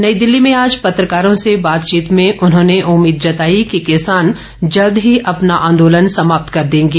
नई दिल्ली में आज पत्रकारों से बातचीत में उन्होंने उम्मीद जताई कि किसान जल्द ही अपना आंदोलन समाप्त कर देंगे